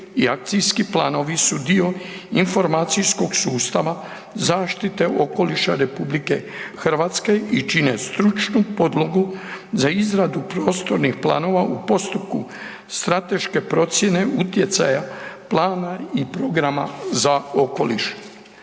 i akcijski planovi su dio informacijskog sustava zaštite okoliša RH i čine stručnu podlogu za izradu poslovnih planova u postupku strateške procjene utjecaja plana i programa za okoliš.